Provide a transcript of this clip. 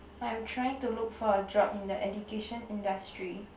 I'm trying to look for a job in the education industry